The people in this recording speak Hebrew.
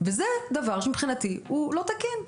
וזה דבר שמבחינתי הוא לא תקין.